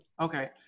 Okay